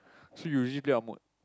so you usually play what mode